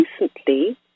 recently